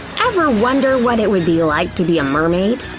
ever wonder what it would be like to be a mermaid?